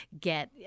get